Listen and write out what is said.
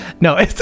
no